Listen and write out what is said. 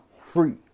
free